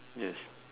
yes